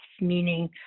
meaning